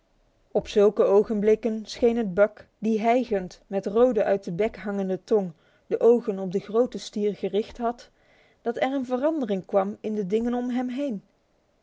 op zulke ogenblikken scheen het buck die hijgend met rode uit de bek hangende tong de ogen op den groten stier gericht had dat er een verandering kwam in de dingen om hem heen